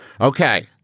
Okay